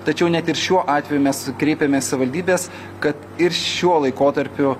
tačiau net ir šiuo atveju mes kreipiamės į savivaldybes kad ir šiuo laikotarpiu